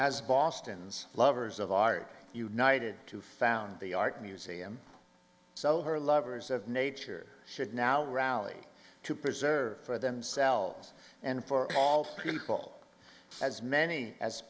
as boston's lovers of art united to found the art museum so her lovers of nature should now rally to preserve for themselves and for all pinball as many as